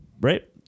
Right